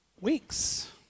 weeks